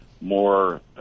more